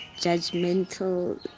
judgmental